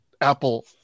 Apple